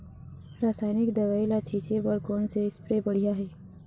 रासायनिक दवई ला छिचे बर कोन से स्प्रे बढ़िया हे?